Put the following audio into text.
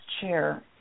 chair